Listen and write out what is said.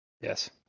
Yes